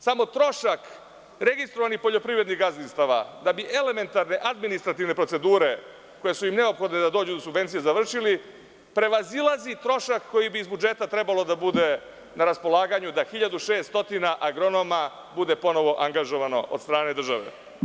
Samo trošak registrovanih poljoprivrednih gazdinstava, da bi elementarne administrativne procedure završili, koje su im neophodne da dođu do subvencija, prevazilazi trošak koji bi iz budžeta trebao da bude na raspolaganju da 1.600 agronoma bude ponovo angažovano od strane države.